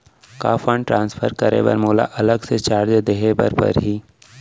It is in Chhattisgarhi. का फण्ड ट्रांसफर करे बर मोला अलग से चार्ज देहे बर परही?